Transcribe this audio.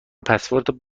پسورد